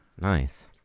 nice